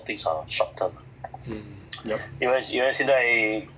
mm yup